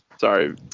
sorry